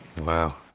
wow